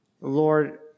Lord